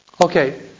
Okay